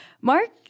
Mark